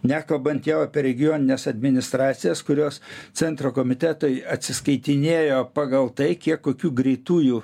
nekalbant jau apie regionines administracijas kurios centro komitetai atsiskaitinėjo pagal tai kiek kokių greitųjų